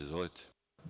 Izvolite.